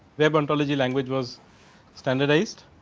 web ontology language was standardized.